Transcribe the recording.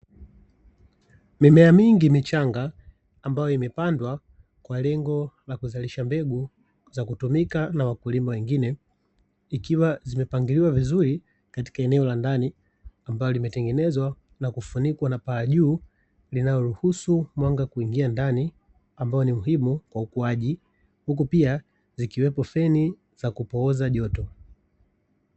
Mimea mingi michanga ambayo imepandwa kwa lengo la kuzalisha mbegu za kutumika na wakulima wengine, zikiwa zimepangiliwa vizuri katika eneo la ndani ambalo limetengenezwa na kufunikwa na paa juu, linaloruhusu mwanga kuingia ndani ambalo ni muhimu kwa ukuaji huku pia zikiwepo feni za kupooza joto.